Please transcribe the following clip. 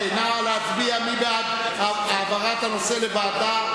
נא להצביע מי בעד העברת הנושא לוועדה.